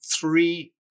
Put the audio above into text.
three